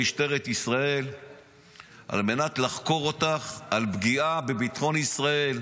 למשטרת ישראל על מנת לחקור אותך על פגיעה בביטחון ישראל,